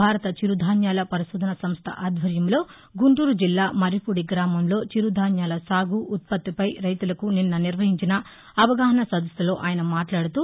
భారత చిరుధాన్యాల పరిశోధన సంస్ణ ఆధ్వర్యంలో గుంటూరు జిల్లా మరిపూడి గ్రామంలో చిరుధాన్యాల సాగు ఉత్పత్తి పై రైతులకు నిస్న నిర్వహించిన అవగాహన సదస్సులో ఆయన మాట్లాడుతూ